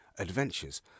adventures